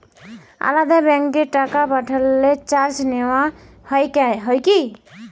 আলাদা ব্যাংকে টাকা পাঠালে চার্জ নেওয়া হয় কি?